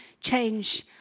Change